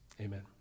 amen